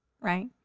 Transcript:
right